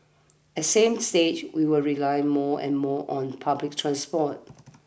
at same stage we will rely more and more on public transport